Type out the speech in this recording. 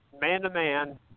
man-to-man